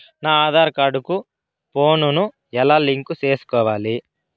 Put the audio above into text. నా ఆధార్ కార్డు కు ఫోను ను ఎలా లింకు సేసుకోవాలి?